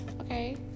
okay